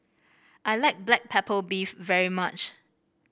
I like Black Pepper Beef very much